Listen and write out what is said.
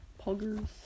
Poggers